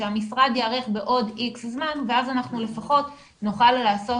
שהמשרד ייערך בעוד איקס זמן ואז אנחנו לפחות נוכל לעשות